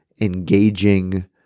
engaging